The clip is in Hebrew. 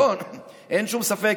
אין שום ספק.